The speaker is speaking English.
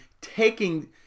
taking